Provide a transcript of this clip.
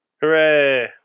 Hooray